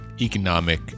economic